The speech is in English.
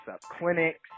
clinics